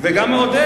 זה גם מעודד,